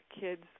kids